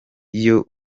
iyo